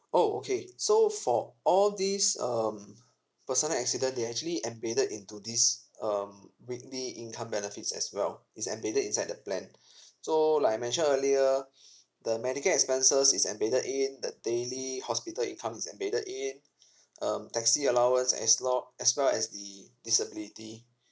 orh okay so for all these um personal accident they actually embedded into this um weekly income benefits as well it's embedded inside the plan so like I mentioned earlier the medical expenses is embedded in the daily hospital income is embedded in um taxi allowance as lo~ as well as the disability